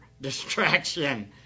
distraction